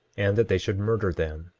and that they should murder them,